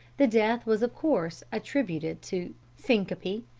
the death was, of course, attributed to syncope,